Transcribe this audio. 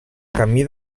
camí